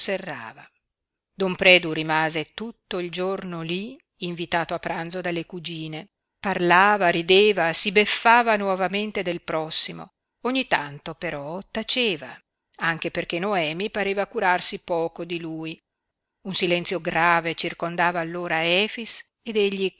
serrava don predu rimase tutto il giorno lí invitato a pranzo dalle cugine parlava rideva si beffava nuovamente del prossimo ogni tanto però taceva anche perché noemi pareva curarsi poco di lui un silenzio grave circondava allora efix ed egli